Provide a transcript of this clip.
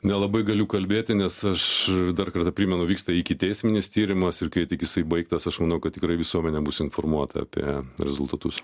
nelabai galiu kalbėti nes aš dar kartą primenu vyksta ikiteisminis tyrimas ir kai tik jisai baigtas aš manau kad tikrai visuomenė bus informuota apie rezultatus